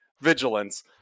vigilance